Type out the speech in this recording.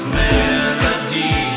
melody